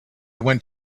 went